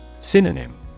Synonym